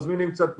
מזמינים קצת פיצות,